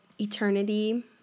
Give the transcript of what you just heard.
Eternity